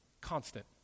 constant